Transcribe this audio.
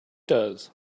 does